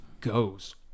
goes